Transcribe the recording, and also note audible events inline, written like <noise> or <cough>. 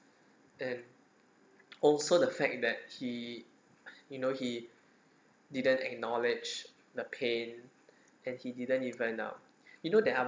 and <noise> also the fact that he <breath> you know he didn't acknowledge the pain and he didn't even um you know there are